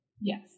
Yes